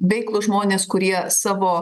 veiklūs žmonės kurie savo